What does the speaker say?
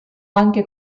anche